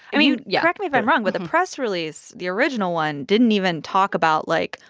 i mean. yeah. correct me if i'm wrong, with the press release, the original one didn't even talk about, like,